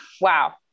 Wow